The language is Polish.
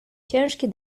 ciężkie